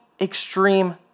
extreme